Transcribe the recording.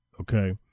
Okay